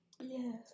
Yes